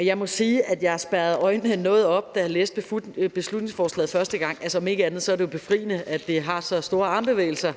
Jeg må sige, at jeg spærrede øjnene noget op, da jeg læste beslutningsforslaget første gang. Altså, om ikke andet er det befriende, at det har så store armbevægelser,